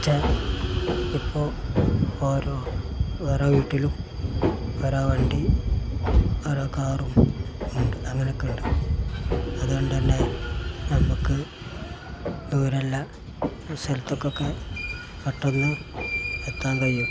പക്ഷെ ഇപ്പോൾ ഓരോ ഓരോ വീട്ടിലും ഓരോ വണ്ടി ഓരോ കാറും ഉണ്ട് അങ്ങനെയൊക്കെയുണ്ട് അതുകൊണ്ടു തന്നെ നമുക്ക് ദൂരെയുള്ള സ്ഥലത്തേക്കൊക്കെ പെട്ടെന്ന് എത്താൻ കഴിയും